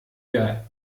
der